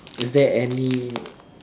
is there any